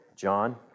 John